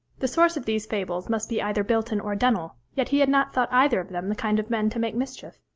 the source of these fables must be either bilton or dunnill, yet he had not thought either of them the kind of men to make mischief.